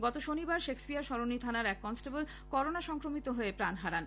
গত শনিবার শেক্সপিয়ার সরণী থানার এক কনস্টেবল করোনা সংক্রমিত হয়ে প্রাণ হারান